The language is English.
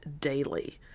daily